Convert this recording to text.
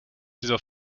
dieser